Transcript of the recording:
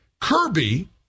Kirby